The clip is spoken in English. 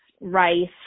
rice